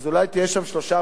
אז אולי תהיה שם שלושה,